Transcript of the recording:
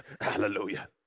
Hallelujah